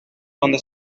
donde